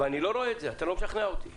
אבל אני לא רואה את זה, אתה לא משכנע אותי.